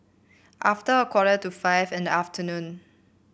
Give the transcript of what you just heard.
after a quarter to five in the afternoon